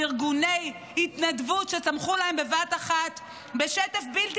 בארגוני התנדבות שצמחו להם בבת אחת בשטף בלתי